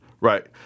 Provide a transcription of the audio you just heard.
right